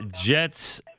Jets